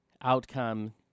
outcome